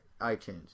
itunes